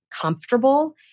comfortable